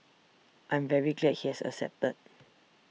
I'm very glad he has accepted